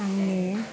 आंनि